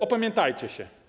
Opamiętajcie się.